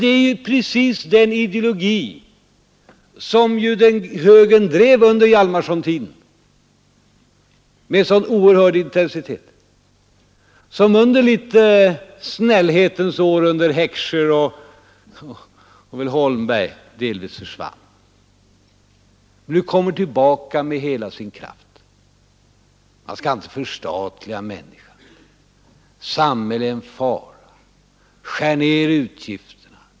Det är ju precis den ideologi som högern drev under Hjalmarsontiden med en sådan oerhörd intensitet men som under snällhetens år — under Heckscher och Holmberg — väl delvis försvann men som nu kommer tillbaka med hela sin kraft: Man skall inte förstatliga människan! Samhället är en fara! Skär ner utgifterna!